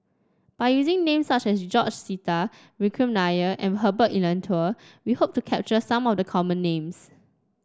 by using names such as George Sita Vikram Nair and Herbert Eleuterio we hope to capture some of the common names